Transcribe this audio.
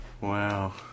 Wow